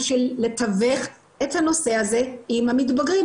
בשביל לתווך את הנושא הזה עם המתבגרים,